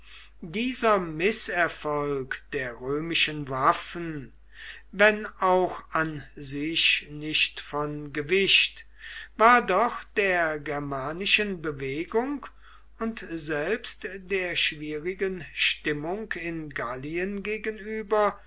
dieser mißerfolg der römischen waffen wenn auch an sich nicht von gewicht war doch der germanischen bewegung und selbst der schwierigen stimmung in gallien gegenüber